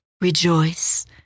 rejoice